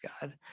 god